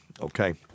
okay